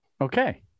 Okay